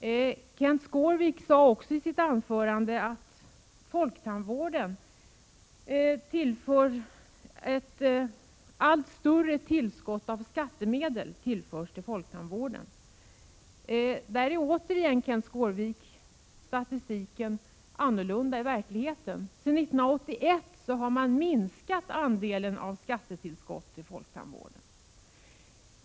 Kenth Skårvik sade i sitt anförande att folktandvården tillförs ett allt större tillskott av skattemedel. Där är återigen, Kenth Skårvik, statistiken annorlunda än verkligheten. Sedan 1981 har man minskat andelen skattetillskott till folktandvården.